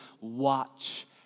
watch